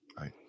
Right